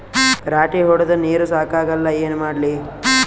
ರಾಟಿ ಹೊಡದ ನೀರ ಸಾಕಾಗಲ್ಲ ಏನ ಮಾಡ್ಲಿ?